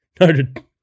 noted